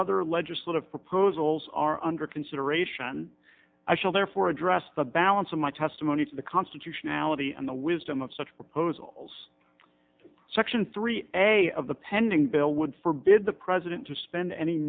other legislative proposals are under consideration i shall therefore address the balance of my testimony to the constitutionality and the wisdom of such proposals section three a of the pending bill would forbid the president to spend any